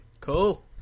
Cool